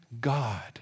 God